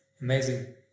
amazing